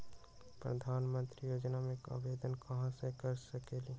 प्रधानमंत्री योजना में आवेदन कहा से कर सकेली?